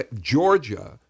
Georgia